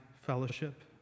fellowship